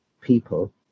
people